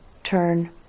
turn